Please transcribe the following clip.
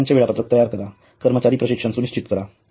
सुट्ट्यांचे वेळापत्रक तयार करा कर्मचारी प्रशिक्षण सुनिश्चित करा